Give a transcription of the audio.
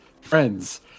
friends